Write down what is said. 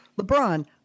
LeBron